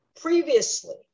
previously